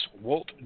Walt